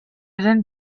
didn’t